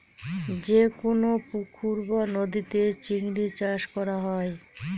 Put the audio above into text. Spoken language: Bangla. যেকোনো পুকুর বা নদীতে চিংড়ি চাষ করা হয়